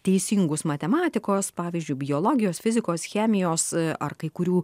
teisingus matematikos pavyzdžiui biologijos fizikos chemijos ar kai kurių